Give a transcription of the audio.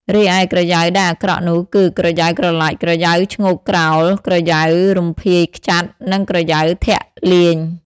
រីឯក្រយៅដែលអាក្រក់នោះ គឺ ក្រយៅក្រឡាច់ ក្រយៅឈ្ងោកក្រោល ក្រយៅរំភាយខ្ចាត់ និងក្រយៅធាក់លាញ។